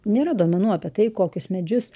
nėra duomenų apie tai kokius medžius